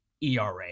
ERA